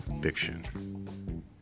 fiction